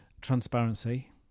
Transparency